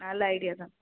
நல்ல ஐடியா தான்